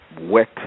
wet